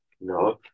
no